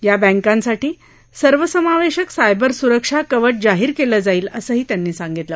या बँकांसाठी सर्वसमावेशक सायबर स्रक्षा कवच जाहीर केलं जाईल असंही त्यांनी सांगितलं